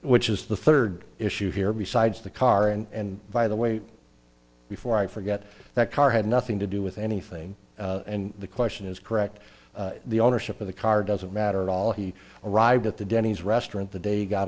which is the third issue here besides the car and by the way before i forget that car had nothing to do with anything and the question is correct the ownership of the car doesn't matter at all he arrived at the denny's restaurant the day you got